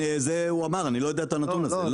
את זה הוא אמר, אני לא יודע על הנתון הזה.